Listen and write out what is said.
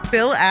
Bill